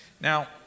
Now